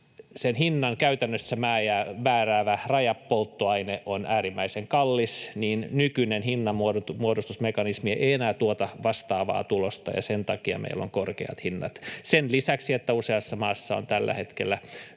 kun hinnan käytännössä määräävä rajapolttoaine on äärimmäisen kallis, nykyinen hinnanmuodostusmekanismi ei enää tuota vastaavaa tulosta, ja sen takia meillä on korkeat hinnat sen lisäksi, että useassa maassa on tällä hetkellä